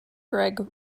greg